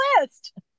list